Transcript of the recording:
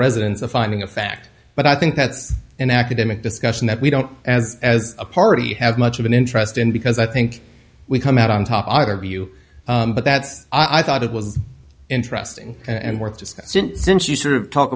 residence a finding of fact but i think that's an academic discussion that we don't as as a party have much of an interest in because i think we come out on top either view but that's i thought it was interesting and worth just since you sort of talk